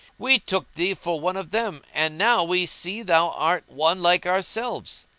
we took thee for one of them and now we see thou art one like ourselves.